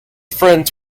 friends